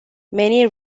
many